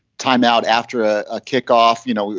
time out after a ah kick off. you know,